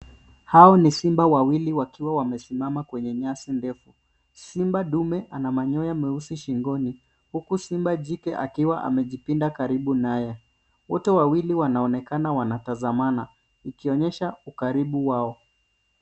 Hawa ni simba wawili wakiwa wamesimama kwenye nyasi ndefu. Simba dume ana manyoya meusi shingoni huku simba jike akiwa amejipinda karibu naye. Wote wawili wanaonekana wanatazamana ikionyesha ukaribu wao .